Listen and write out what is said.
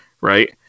Right